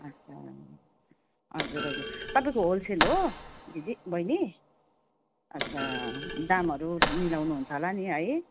अच्छा हजुर हजुर तपाईँको होलसेल हो दिदी बहिनी अच्छा दामहरू मिलाउनु हुन्छ होला नि है